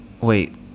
Wait